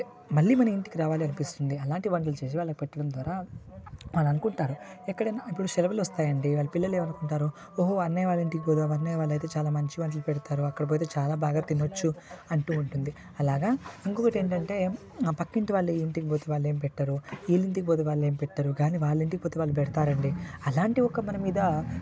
మళ్ళీ మళ్ళీ ఇంటికి రావాలి అనిపిస్తుంది అలాంటి వంటలు చేసి వాళ్ళకి పెట్టడం ద్వారా వాళ్ళు అనుకుంటారు ఎక్కడైనా ఇప్పుడు సెలవులు వస్తాయండి వాళ్ళ పిల్లలు ఏమనుకుంటారు ఓహో అన్నయ్య వాళ్ళింటికి పోతాం అన్నయ్య వాళ్ళు అయితే చాలా మంచి వంటలు పెడతారు అక్కడ పోతే చాలా బాగా తినచ్చు అంటు ఉంటుంది అలాగా ఇంకోటి ఏంటంటే మన పక్కింటి వాళ్ళ ఇంటికి పోతే వాళ్ళు ఏం పెట్టరు వీళ్ళ ఇంటికి పోతే వాళ్ళు ఏం పెట్టరు కానీ వాళ్ళ ఇంటికి పోతే వాళ్ళు పెడతారు అండి అలాంటి ఒక మన మీద